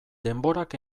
denborak